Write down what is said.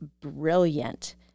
brilliant